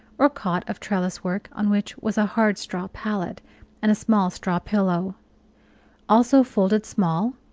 or cot of trellis-work, on which was a hard straw pallet and a small straw pillow also, folded small,